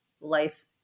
life